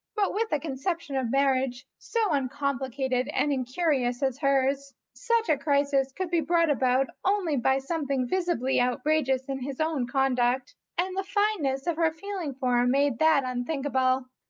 but with a conception of marriage so uncomplicated and incurious as hers such a crisis could be brought about only by something visibly outrageous in his own conduct and the fineness of her feeling for him made that unthinkable.